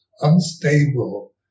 unstable